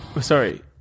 Sorry